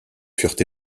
furent